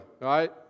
right